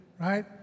right